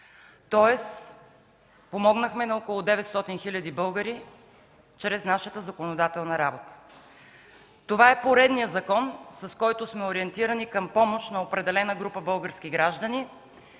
тоест помогнахме на около 900 хиляди българи чрез нашата законодателна работа. Това е поредният закон, чрез който сме ориентирани към помощ на определена група български граждани.